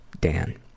Dan